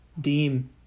deem